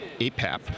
APAP